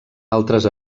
altres